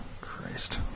Christ